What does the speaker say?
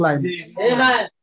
Amen